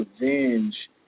revenge